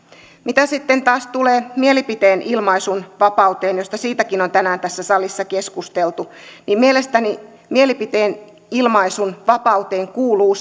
mitä sitten taas tulee mielipiteen ilmaisun vapauteen josta siitäkin on tänään tässä salissa keskusteltu niin mielestäni mielipiteen ilmaisun vapauteen kuuluu